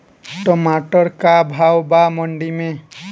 टमाटर का भाव बा मंडी मे?